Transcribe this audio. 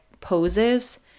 poses